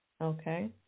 Okay